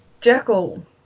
Jekyll